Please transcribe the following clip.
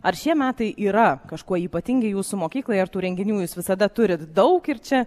ar šie metai yra kažkuo ypatingi jūsų mokyklai ar tų renginių jūs visada turit daug ir čia